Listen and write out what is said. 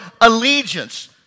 allegiance